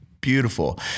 beautiful